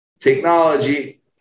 technology